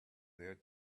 there